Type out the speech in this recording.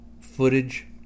footage